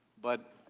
but,